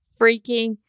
freaking